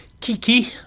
Kiki